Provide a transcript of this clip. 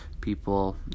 people